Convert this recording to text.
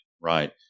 right